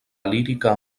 lírica